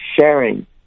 sharing